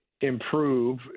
improve